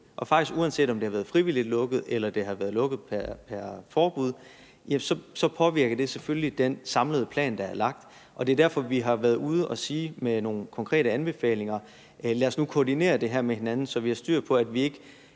og faktisk uanset om de har været frivilligt lukket, eller de har været lukket pr. forbud – så påvirker det selvfølgelig den samlede plan, der er lagt. Og det er derfor, vi har været ude at sige med nogle konkrete anbefalinger: Lad os nu koordinere det her med hinanden, så vi har styr på, at vi ikke